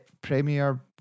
premier